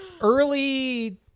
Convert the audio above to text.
early